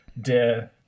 de